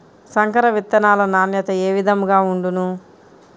సంకర విత్తనాల నాణ్యత ఏ విధముగా ఉండును?